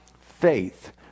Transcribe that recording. faith